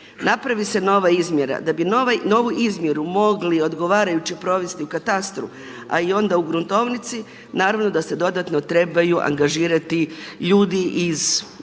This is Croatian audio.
napravi se nova izmjera, da bi novu izmjeru mogli odgovarajuće provesti u katastru a i onda u gruntovnici naravno da se dodatno trebaju angažirati ljudi iz